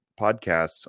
podcasts